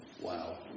Wow